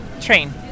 train